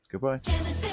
Goodbye